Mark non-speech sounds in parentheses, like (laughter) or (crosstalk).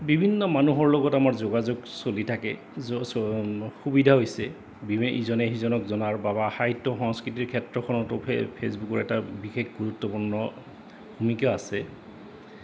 বিভিন্ন মানুহৰ লগত আমাৰ যোগাযোগ চলি থাকে (unintelligible) সুবিধা হৈছে ইজনে সিজনক জনাৰ বা সাহিত্য সংস্কৃতিৰ ক্ষেত্ৰখনতো ফেচবুকৰ এটা বিশেষ গুৰুত্বপূৰ্ণ ভূমিকা আছে